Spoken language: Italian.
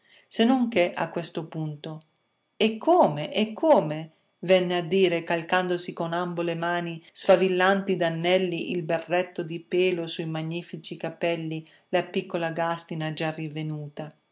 se non che a questo punto e come e come venne a dire calcandosi con ambo le mani sfavillanti d'anelli il berretto di pelo sui magnifici capelli la piccola gàstina già rinvenuta